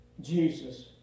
Jesus